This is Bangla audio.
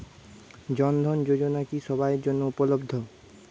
জন ধন যোজনা কি সবায়ের জন্য উপলব্ধ?